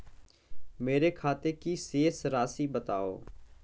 मेरे खाते की शेष राशि बताओ?